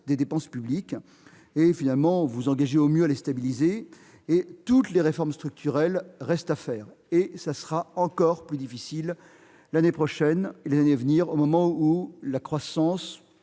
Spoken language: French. des dépenses publiques. Vous vous engagez au mieux à les stabiliser, et toutes les réformes structurelles restent à accomplir. Elles seront encore plus difficiles à mener l'année prochaine et les années à venir, au moment où la croissance